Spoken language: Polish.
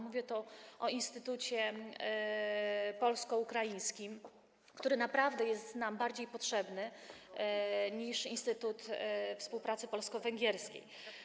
Mówię to o instytucie polsko-ukraińskim, który naprawdę jest nam bardziej potrzebny niż instytut współpracy polsko-węgierskiej.